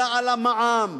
תודה על המע"מ,